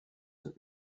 und